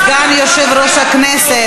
סגן יושב-ראש הכנסת,